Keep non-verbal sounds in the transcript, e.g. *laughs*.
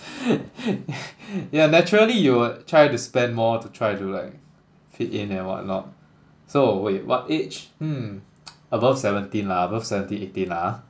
*laughs* yeah naturally you will try to spend more to try to like fit in and whatnot so wait what age hmm *noise* above seventeen lah above seventeen eighteen lah ah